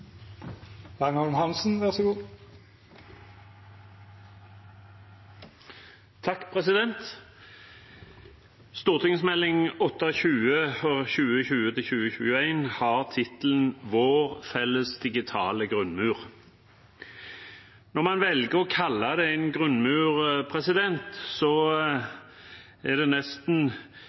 for 2020–2021 har tittelen Vår felles digitale grunnmur. Når man velger å kalle det en grunnmur, er det rart at det er nesten